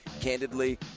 candidly